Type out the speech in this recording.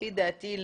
לפי דעתי,